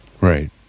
Right